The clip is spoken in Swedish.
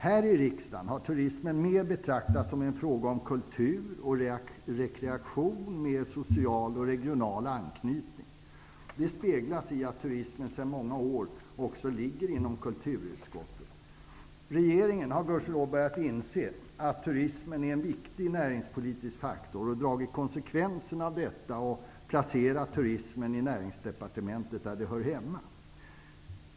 Här i riksdagen har turismen mer betraktats som en fråga om kultur och rekreation, med social och regional anknytning. Detta avspeglas i att turismen sedan många år också ligger inom kulturutskottets område. Regeringen har gudskelov börjat inse att turismen är en viktig näringspolitisk faktor och tagit konsekvensen av detta och placerat turistfrågorna i Näringsdepartementet, där de hör hemma.